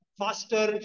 faster